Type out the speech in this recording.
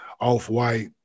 off-white